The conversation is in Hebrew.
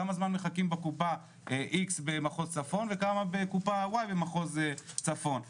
כמה זמן מחכים בקופה X במחוז צפון וכמה בקופה Y במחוז צפון.